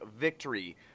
victory